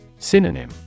Synonym